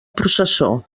processó